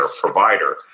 provider